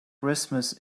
christmas